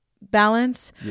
balance